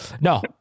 No